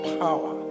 power